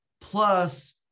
plus